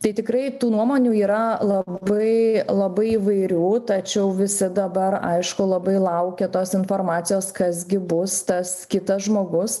tai tikrai tų nuomonių yra labai labai įvairių tačiau visi dabar aišku labai laukia tos informacijos kas gi bus tas kitas žmogus